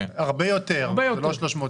הרבה יותר, זה לא 300 מיליון.